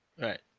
Right